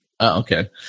Okay